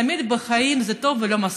תמיד בחיים טוב ולא מספיק.